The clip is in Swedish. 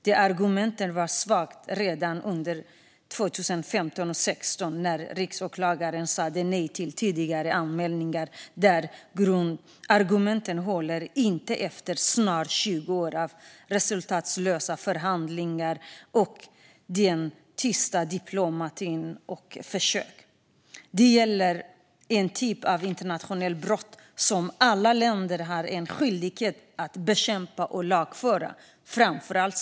Det argumentet var svagt redan under 2015-2016 när riksåklagaren sa nej till tidigare anmälningar. Dessa argument håller inte efter snart 20 år av resultatlösa förhandlingar och försök med tyst diplomati. Detta gäller en typ av internationellt brott som alla länder har en skyldighet att bekämpa och lagföra.